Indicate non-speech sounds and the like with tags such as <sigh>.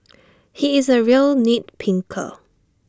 <noise> he is A real nit picker